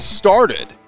started